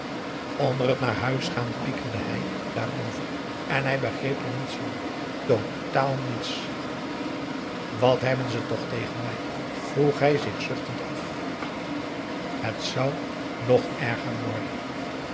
onder het naar huis gaan pikirde hij daarover en hij begreep er niets van totaal niets wat hebben ze toch tegen mij vroeg hij zich zuchtend af het zou nog erger worden